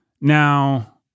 now